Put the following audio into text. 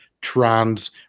trans